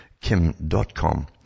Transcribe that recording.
Kim.com